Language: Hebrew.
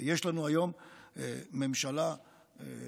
יש לנו היום ממשלה לגיטימית.